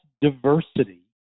diversity